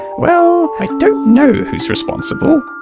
well, i don't know who's responsible.